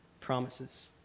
promises